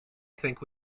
think